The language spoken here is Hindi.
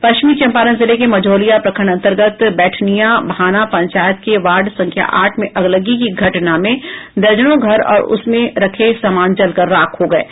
पश्चिमी चंपारण जिले के मंझौलिया प्रखंड अंतर्गत बैठनिया भाना पंचायत के वार्ड संख्या आठ में अगलगी की घटना में दर्जनों घर और उसमें रखे सामान जलकर राख हो गये हैं